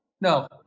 No